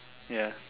ya